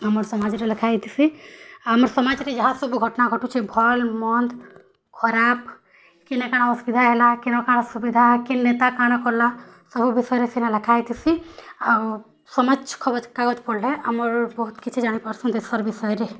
ଆମ ସମାଜରେ ଲେଖା ହେଇଥିସି ଆମ ସମାଜରେ ଯାହା ସବୁ ଘଟଣା ଘଟୁଛି ଭଲ୍ ମନ୍ଦ୍ ଖରାପ କିନେ କଣ ଅସୁବିଧା ହେଲା କିନେ କଣ ସୁବିଧା କିନ୍ ନେତା କ'ଣ କଲା ସବୁ ବିଷୟରେ ଲେଖା ହେଇଥିସି ଆଉ ସମାଜ ଖବରକାଗଜ ପଢ଼ିଲେ ଆମର ବହୁତ କିଛି ଜାଣିପାରୁଛନ୍ତି ସବୁ ଦେଶର ବିଷୟରେ